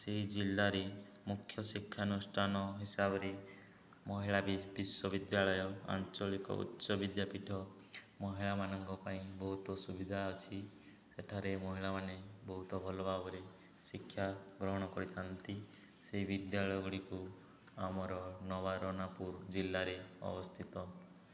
ସେହି ଜିଲ୍ଲାରେ ମୁଖ୍ୟ ଶିକ୍ଷାନୁଷ୍ଠାନ ହିସାବରେ ମହିଳା ବିଶ୍ୱବିଦ୍ୟାଳୟ ଆଞ୍ଚଳିକ ଉଚ୍ଚ ବିଦ୍ୟାପୀଠ ମହିଳା ମାନଙ୍କ ପାଇଁ ବହୁତ ସୁବିଧା ଅଛି ସେଠାରେ ମହିଳା ମାନେ ବହୁତ ଭଲ ଭାବରେ ଶିକ୍ଷା ଗ୍ରହଣ କରିଥାନ୍ତି ସେହି ବିଦ୍ୟାଳୟ ଗୁଡ଼ିକୁ ଆମର ନବାରଣପୁର ଜିଲ୍ଲାରେ ଅବସ୍ଥିତ